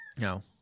No